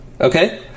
Okay